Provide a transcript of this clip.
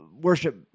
worship